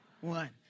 one